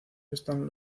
están